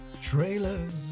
trailers